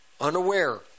unaware